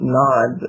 nod